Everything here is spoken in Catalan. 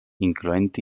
incloent